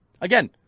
Again